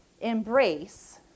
embrace